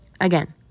Again